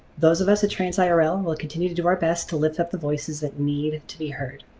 those of us at trans ah irl will continue to do our best to lift up the voices that need to be heard.